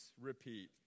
repeat